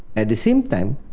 at the same time,